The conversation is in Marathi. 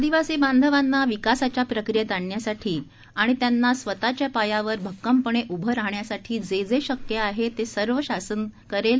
आदिवासी बांधवांना विकासाच्या प्रक्रियेत आणण्यासाठी आणि त्यांना स्वतःच्या पायावर भक्कमपणे उभे करण्यासाठी जे जे शक्य आहे ते सर्व राज्य शासन करेल